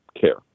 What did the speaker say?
care